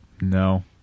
No